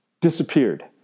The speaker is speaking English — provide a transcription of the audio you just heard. disappeared